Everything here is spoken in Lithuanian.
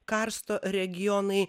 karsto regionai